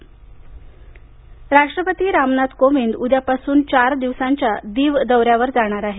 राष्ट्रपती दिव राष्ट्रपती रामनाथ कोविंद उद्यापासून चार दिवसांच्या दिव दौऱ्यावर जाणार आहेत